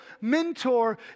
mentor